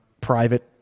private